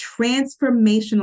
transformational